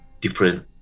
different